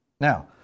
Now